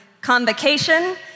convocation